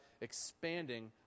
expanding